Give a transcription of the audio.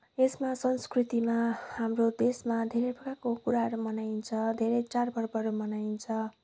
यसमा संस्कृतिमा हाम्रो देशमा धेरै प्रकारको कुराहरू मनाइन्छ धेरै चाडपर्वहरू मनाइन्छ